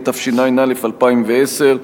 התשע"א 2010,